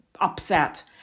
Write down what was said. upset